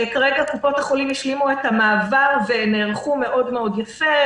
כרגע קופות החולים השלימו את המעבר ונערכו יפה מאוד.